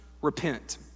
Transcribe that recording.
repent